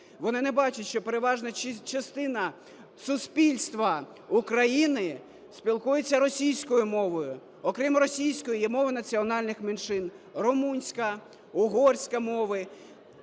Вони не бачать, що переважна частина суспільства України спілкується російською мовою. Окрім російської, є мови національних меншин: румунська, угорська мови.